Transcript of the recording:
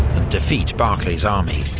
defeat barclay's army,